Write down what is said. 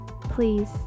please